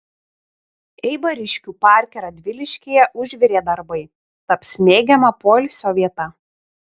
eibariškių parke radviliškyje užvirė darbai taps mėgiama poilsio vieta